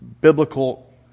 biblical